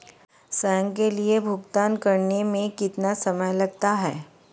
स्वयं के लिए भुगतान करने में कितना समय लगता है?